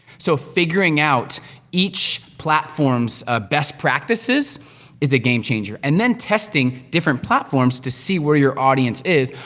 so, figuring out each platform's ah best practices is a game changer, and then testing different platforms to see where your audience is.